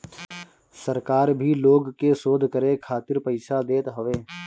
सरकार भी लोग के शोध करे खातिर पईसा देत हवे